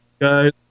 guys